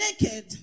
naked